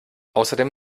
außerdem